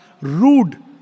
rude